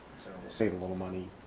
save a lot of money.